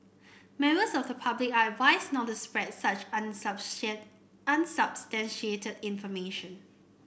members of the public are advised not to spread such unsubstantiated information